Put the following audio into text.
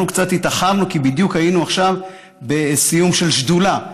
אנחנו קצת התאחרנו כי בדיוק היינו עכשיו בסיום של שדולה,